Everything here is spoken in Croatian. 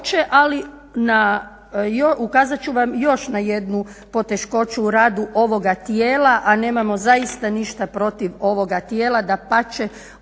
ali ukazat ću vam još na jednu poteškoću u radu ovoga tijela, a nemamo zaista ništa protiv ovog tijela. Dapače,